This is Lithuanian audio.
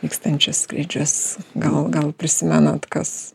vykstančius skrydžius gal gal prisimenat kas